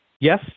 Yes